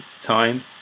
time